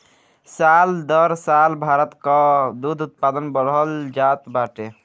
साल दर साल भारत कअ दूध उत्पादन बढ़ल जात बाटे